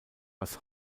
was